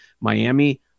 Miami